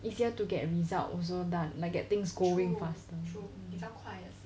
easier to get result also lah like get things going faster